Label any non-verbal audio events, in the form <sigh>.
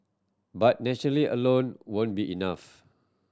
but nation <unintelligible> alone won't be enough